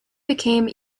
became